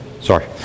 Sorry